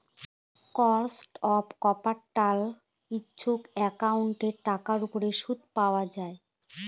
cost of capital হচ্ছে একাউন্টিঙের টাকার উপর সুদ পাওয়া